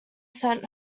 sent